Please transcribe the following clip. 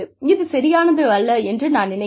இது சரியானதல்ல என்று நான் நினைக்கிறேன்